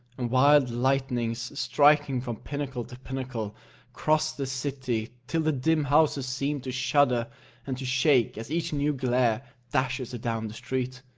and wild lightnings striking from pinnacle to pinnacle across the city, till the dim houses seem to shudder and to shake as each new glare dashes adown the street.